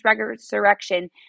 resurrection